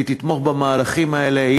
היא תתמוך במהלכים האלה.